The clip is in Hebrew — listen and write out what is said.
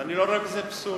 ואני לא רואה בזה פסול,